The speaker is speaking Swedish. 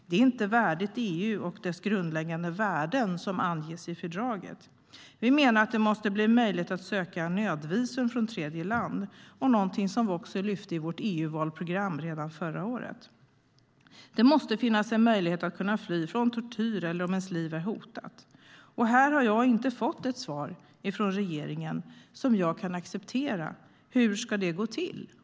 Det är inte värdigt EU och dess grundläggande värden, som anges i fördraget. Vi menar att det måste bli möjligt att söka nödvisum från tredjeland. Det är någonting som vi också lyfte i vårt EU-valprogram redan förra året. Det måste finnas en möjlighet att fly från tortyr eller fly om ens liv är hotat. Här har jag inte fått ett svar från regeringen som jag kan acceptera. Hur ska det gå till?